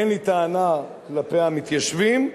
אין לי טענה כלפי המתיישבים,